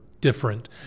different